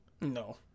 No